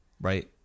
Right